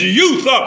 youth